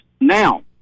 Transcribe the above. now